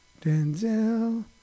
Denzel